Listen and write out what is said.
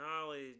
knowledge